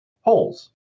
holes